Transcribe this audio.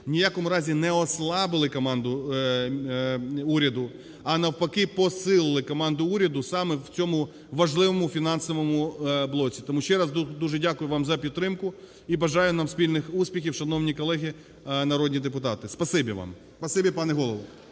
в якому разі не ослабили команду уряду, а, навпаки, посилили команду уряду саме в цьому важливому фінансовому блоці. Тому ще раз дуже дякую вам за підтримку і бажаю нам спільних успіхів, шановні колеги народні депутати.